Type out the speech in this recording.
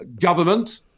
Government